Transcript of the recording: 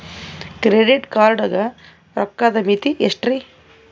Credit card ಗ ರೋಕ್ಕದ್ ಮಿತಿ ಎಷ್ಟ್ರಿ?